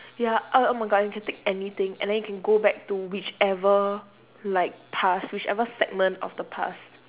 ya oh oh my god you can take anything and then you can go back to whichever like past whichever segment of the past